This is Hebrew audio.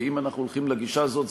כי אם אנחנו הולכים לגישה הזאת,